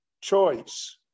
choice